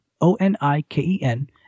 O-N-I-K-E-N